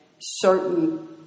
certain